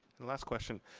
the last question.